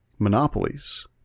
monopolies